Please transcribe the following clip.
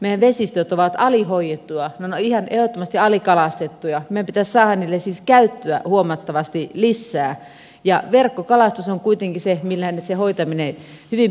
meidän vesistömme ovat alihoidettuja ne ovat ihan ehdottomasti alikalastettuja meidän pitäisi saada niille siis käyttöä huomattavasti lisää ja verkkokalastus on kuitenkin se millä se hoitaminen hyvin pitkälle tehdään